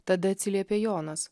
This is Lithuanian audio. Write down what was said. tada atsiliepė jonas